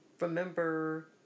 remember